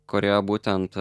kurioje būtent